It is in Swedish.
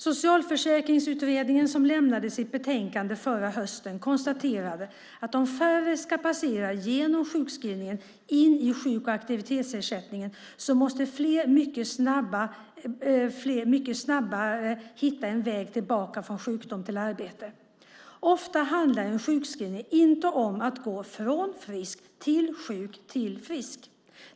Socialförsäkringsutredningen, som lämnade sitt betänkande förra hösten, konstaterade att om färre ska passera genom sjukskrivningen in i sjuk och aktivitetsersättningen måste fler mycket snabbare hitta en väg tillbaka från sjukdom till arbete. Ofta handlar en sjukskrivning inte om att gå från frisk till sjuk till frisk.